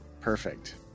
Perfect